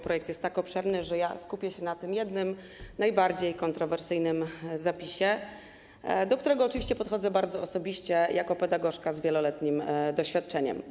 Projekt jest tak obszerny, że skupię się na tym jednym najbardziej kontrowersyjnym zapisie, do którego oczywiście podchodzę bardzo osobiście jako pedagożka z wieloletnim doświadczeniem.